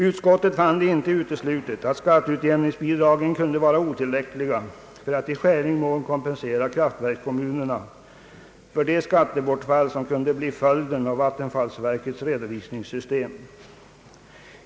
Utskottet fann det inte uteslutet att skatteutjämningsbidragen kunde vara otillräckliga för att i skälig mån kompensera kraftverkskommunerna för det skattebortfall som kunde bli följden av vattenfallsverkets redovisningssystem.